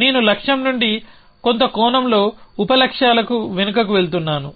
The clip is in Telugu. నేను లక్ష్యం నుండి కొంత కోణంలో ఉప లక్ష్యాలకు వెనుకకు వెళుతున్నాను